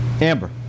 Amber